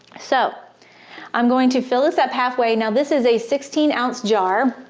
so i'm going to fill this up halfway now this is a sixteen ounce jar.